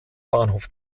bahnhof